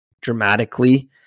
dramatically